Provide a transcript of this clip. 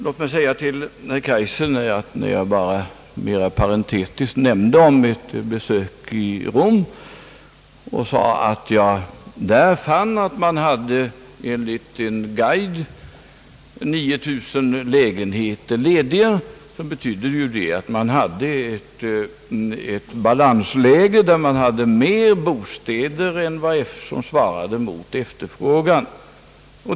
Låt mig bara säga till herr Kaijser, när jag parentetiskt nämnde om mitt besök i Rom och sade att jag i en guidebok funnit att man hade 9000 lägenheter lediga, så betydde detta att man hade ett balansläge där man hade mer bostäder än vad som svarade mot efterfrågan.